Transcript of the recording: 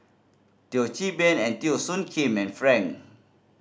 Teo Chee Hean and Teo Soon Kim and Frank